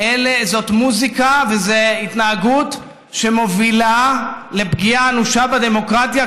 זאת מוזיקה וזאת התנהגות שמובילה לפגיעה אנושה בדמוקרטיה,